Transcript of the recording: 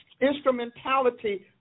instrumentality